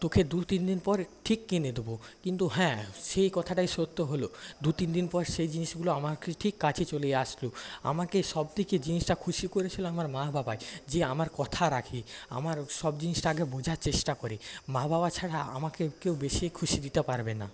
তোকে দু তিন দিন পর ঠিক কিনে দেব কিন্তু হ্যাঁ সেই কথাটাই সত্য হল দু তিন দিন পর সে জিনিসগুলো আমার ঠিক কাছে চলে আসলো আমাকে সব থেকে জিনিসটা খুশি করেছিল আমার মা বাবাই যে আমার কথা রাখে আমার সব জিনিসটা আগে বোঝার চেষ্টা করে মা বাবা ছাড়া আমাকে কেউ বেশি খুশি দিতে পারবে না